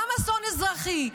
גם אסון אזרחי,